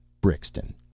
Brixton